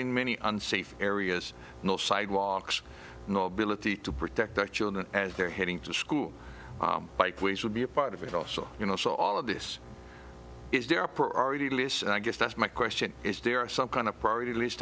in many unsafe areas no sidewalks no ability to protect their children as they're heading to school bikeways would be a part of it also you know so all of this is their priority list and i guess that's my question is there are some kind of priority list